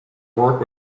work